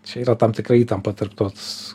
čia yra tam tikra įtampa tarp tos